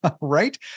right